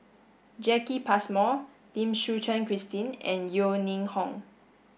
Jacki Passmore Lim Suchen Christine and Yeo Ning Hong